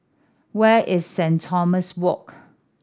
where is Saint Thomas Walk